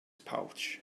pouch